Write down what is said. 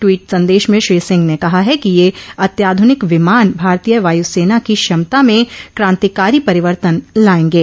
tweet संदेश में श्री सिंह ने कहा है कि ये अत्याधुनिक विमान भारतीय वायुसेना की क्षमता में क्रांतिकारी परिवर्तन लाएंगे